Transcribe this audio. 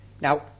Now